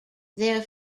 their